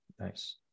Nice